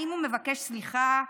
האם הוא מבקש סליחה,